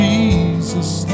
Jesus